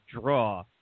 draw